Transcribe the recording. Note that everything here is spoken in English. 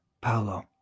Paolo